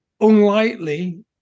unlikely